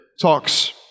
talks